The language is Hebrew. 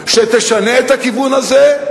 שתשנה את הכיוון הזה?